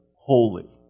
holy